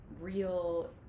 real